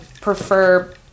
prefer